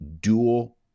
dual